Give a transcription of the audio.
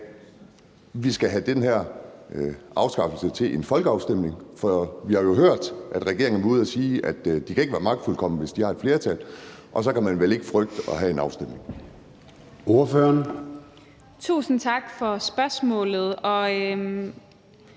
vi skal have den her afskaffelse til en folkeafstemning? For vi har jo hørt, at regeringen har været ude at sige, at den ikke kan være magtfuldkommen, hvis den har et flertal. Og så kan man vel ikke frygte at have en afstemning?